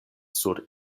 sur